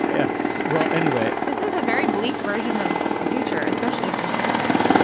yes. well, anyway, this is a very bleak version of the future, especially for star trek,